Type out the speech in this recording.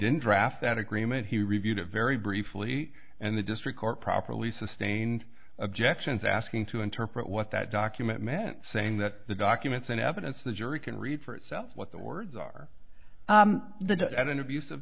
didn't draft that agreement he reviewed a very briefly and the district court properly sustained objections asking to interpret what that document meant saying that the documents and evidence the jury can read for itself what the words are the debt and abus